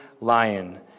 lion